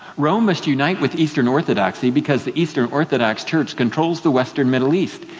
rome must unite with eastern orthodoxy because the eastern orthodox church controls the western middle east,